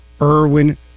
Irwin